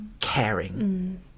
caring